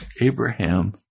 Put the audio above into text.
Abraham